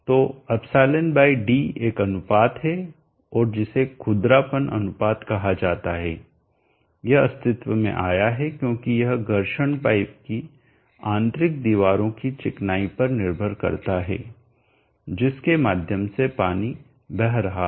तो εd एक अनुपात है और जिसे खुरदरापन अनुपात कहा जाता है यह अस्तित्व में आया है क्योंकि यह घर्षण पाइप की आंतरिक दीवारों की चिकनाई पर निर्भर करता है जिसके माध्यम से पानी बह रहा है